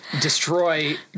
destroy